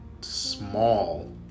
small